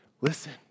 Listen